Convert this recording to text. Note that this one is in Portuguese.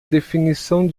definição